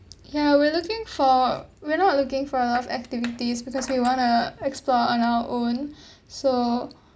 ya we're looking for we're not looking for a lot of activities because we want to explore on our own so